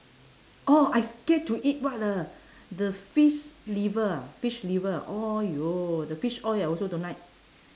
orh I scared to eat what uh the fish liver ah fish liver ah !aiyo! the fish oil I also don't like